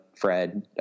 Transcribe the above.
Fred